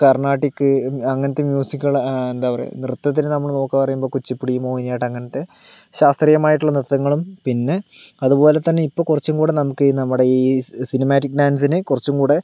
കർണ്ണാട്ടിക് അങ്ങനത്തെ മ്യൂസിക്ക്കള് എന്താ പറയുക നൃത്തത്തിന് നമ്മള് നോക്കാന്നു പറയുമബോൾ കുച്ചിപ്പുടി മോഹിനിയാട്ടം അങ്ങനത്തെ ശാസ്ത്രീയമായിട്ടുള്ള നൃത്തങ്ങളും പിന്നെ അതുപോലെത്തന്നെ ഇപ്പൊ കുറച്ചുംകൂടെ നമുക്ക് നമ്മുടെ ഈ സിനിമാറ്റിക് ഡാൻസിന് കുറച്ചുംകൂടെ